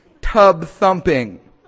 tub-thumping